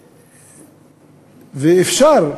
ואפשר,